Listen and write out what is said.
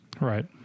Right